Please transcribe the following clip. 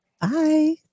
Bye